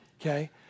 okay